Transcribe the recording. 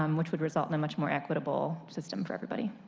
um which would result in a much more equitable system for everybody.